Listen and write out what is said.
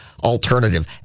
alternative